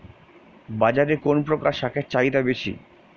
বাজারে কোন প্রকার শাকের চাহিদা বেশী?